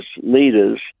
leaders